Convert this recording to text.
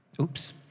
Oops